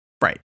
right